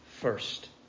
first